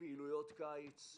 פעילויות קיץ,